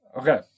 Okay